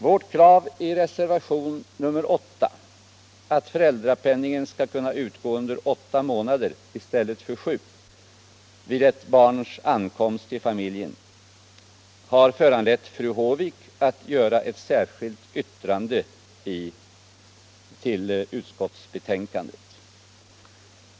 Vårt krav i reservation nr 8, att föräldrapenningen skall kunna utgå under åtta månader i stället för sju vid ett barns ankomst till familjen, har föranlett fru Håvik att avge ett särskilt yttrande till utskottsbetänkandet.